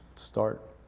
start